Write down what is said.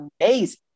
amazing